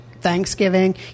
thanksgiving